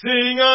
Sing